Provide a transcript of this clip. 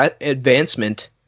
advancement